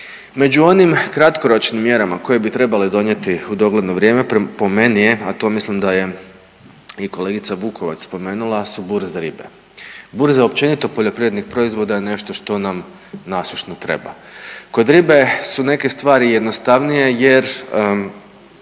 Među onim kratkoročnim mjerama koje bi trebalo donijeti u dogledno vrijeme, po meni je, a to mislim da je i kolegica Vukovac spomenula, su burze ribe. Burze općenito poljoprivrednih proizvoda je nešto što nam nasušno treba. Kod ribe su neke stvari jednostavnije jer